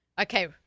Okay